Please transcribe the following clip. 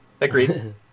agreed